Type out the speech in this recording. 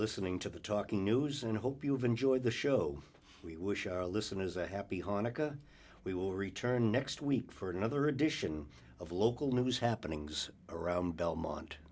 listening to the talking news and hope you have enjoyed the show we wish our listeners a happy hanukkah we will return next week for another edition of local news happenings around belmont